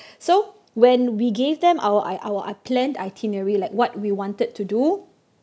so when we gave them our our planned itinerary like what we wanted to do